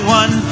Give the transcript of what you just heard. one